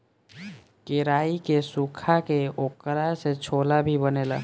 केराई के सुखा के ओकरा से छोला भी बनेला